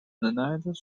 night